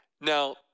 now